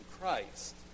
Christ